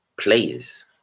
players